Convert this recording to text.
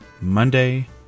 monday